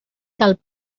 que